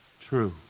true